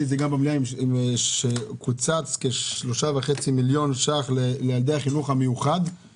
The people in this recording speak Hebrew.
את זה גם במליאה - שקוצץ כ-3.5 מיליון ₪ לילדי החינוך המיוחד,